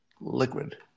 liquid